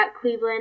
Cleveland